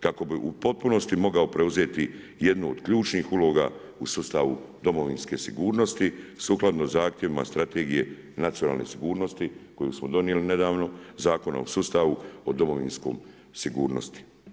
kako bi u potpunosti mogao preuzeti jednu od ključnih uloga u sustavu domovinske sigurnosti, sukladno zahtjevima strategije nacionalne sigurnosti, koju smo donijeli nedavno, Zakona o sustavu o domovinskoj sigurnosti.